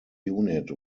unit